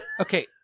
Okay